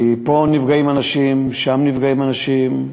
כי פה נפגעים אנשים, שם נפגעים אנשים,